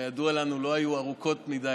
שכידוע לנו לא היו ארוכות מאוד,